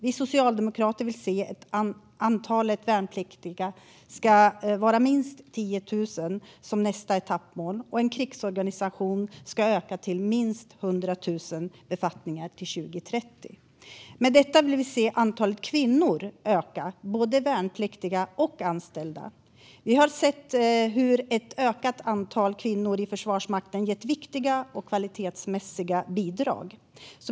Vi socialdemokrater vill se minst 10 000 värnpliktiga som nästa etappmål och en krigsorganisation som ökar till minst 100 000 befattningar till 2030. I detta vill vi se antalet kvinnor öka, både värnpliktiga och anställda. Vi har sett hur ett ökat antal kvinnor i Försvarsmakten har gett viktiga och kvalitetsmässiga bidrag.